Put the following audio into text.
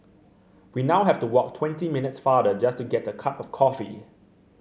we now have to walk twenty minutes farther just to get a cup of coffee